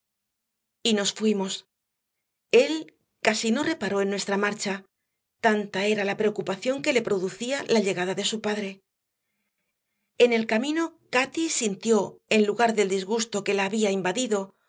y nos fuimos él casi no reparó en nuestra marcha tanta era la preocupación que le producía la llegada de su padre en el camino cati sintió en lugar del disgusto que la había invadido